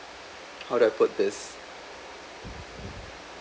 how do I put this